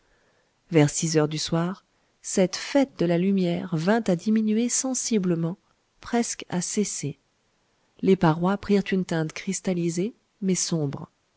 vers six heures du soir cette fête de la lumière vint à diminuer sensiblement presque à cesser les parois prirent une teinte cristallisée mais sombre